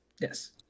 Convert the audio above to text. Yes